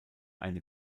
eine